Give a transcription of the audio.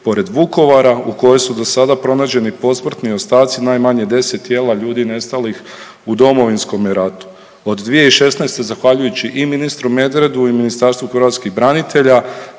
pored Vukovara u kojoj su do sada pronađeni posmrtni ostaci najmanje 10 tijela ljudi nestalih u Domovinskome ratu. Od 2016. zahvaljujući i ministru Medvedu i Ministarstvu hrvatskih branitelja